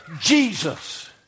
Jesus